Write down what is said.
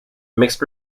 mixed